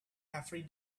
every